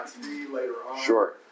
Sure